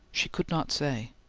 she could not say.